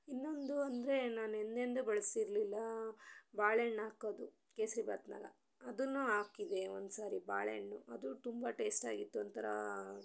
ಇನ್ನೊಂದು ಅಂದರೆ ನಾನು ಎಂದೆಂದೂ ಬಳಸಿರ್ಲಿಲ್ಲ ಬಾಳೆಹಣ್ ಹಾಕೋದು ಕೇಸರಿ ಭಾತ್ನಾಗ ಅದನ್ನು ಹಾಕಿದೆ ಒಂದು ಸಾರಿ ಬಾಳೆಹಣ್ಣು ಅದು ತುಂಬ ಟೇಸ್ಟಾಗಿತ್ತು ಒಂಥರ